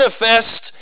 manifest